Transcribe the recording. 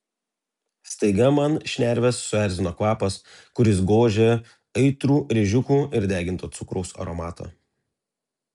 staiga man šnerves suerzino kvapas kuris gožė aitrų rėžiukų ir deginto cukraus aromatą